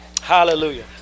hallelujah